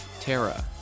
Tara